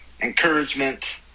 encouragement